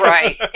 Right